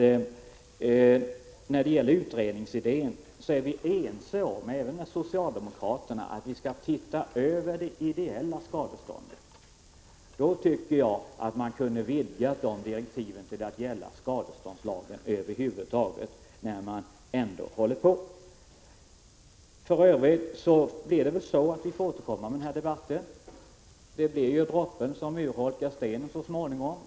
När det gäller utredningsidén är vi ense även med socialdemokraterna om att vi skall titta över det ideella skadeståndet. Jag tycker att man kunde vidga de direktiven till att gälla skadeståndslagen över huvud taget, när man ändå håller på. För övrigt får vi väl återkomma med den här debatten. Droppen urholkar så småningom stenen.